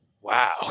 wow